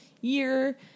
year